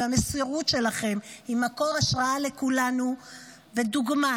והמסירות שלכם היא מקור השראה לכולנו ודוגמה.